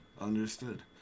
understood